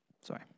Sorry